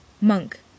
Monk